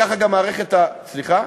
וככה גם מערכת, סליחה?